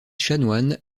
chanoine